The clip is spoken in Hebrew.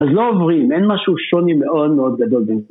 ‫אז לא עוברים, אין משהו שוני ‫מאוד מאוד גדול בין